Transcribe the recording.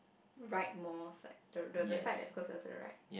right more side the the side that is closer to the right